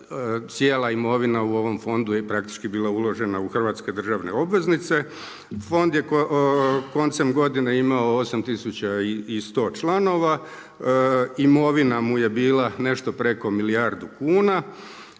Cijela imovina u ovom fondu je praktički bila uložena u hrvatske državne obveznice. Fond je koncem godine imao 8100 članova. Imovina mu je bila nešto preko milijardu kuna.